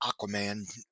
Aquaman